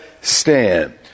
Stand